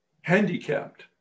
handicapped